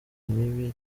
mibi